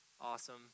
Awesome